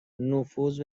نفوذ